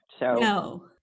No